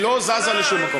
היא לא זזה לשום מקום.